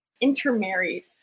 intermarried